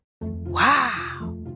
Wow